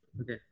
Okay